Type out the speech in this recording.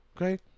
Okay